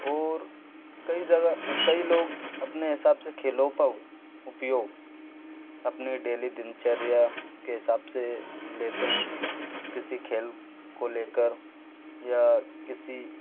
और कई जगह कई लोग अपने हिसाब से खेलों का उपयोग अपने डेली दिनचर्या के हिसाब से लेते है किसी खेल को लेकर या किसी